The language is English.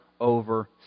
over